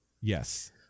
yes